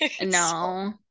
No